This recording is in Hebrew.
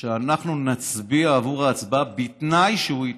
שאנחנו נצביע בעבור ההצעה, בתנאי שהוא יתנצל.